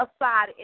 aside